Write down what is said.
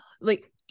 like-